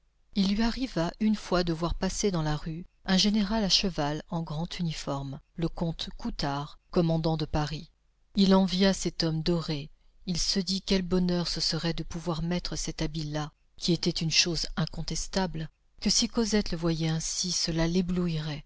il lui arriva une fois de voir passer dans la rue un général à cheval en grand uniforme le comte coutard commandant de paris il envia cet homme doré il se dit quel bonheur ce serait de pouvoir mettre cet habit là qui était une chose incontestable que si cosette le voyait ainsi cela